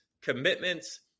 commitments